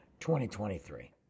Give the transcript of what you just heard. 2023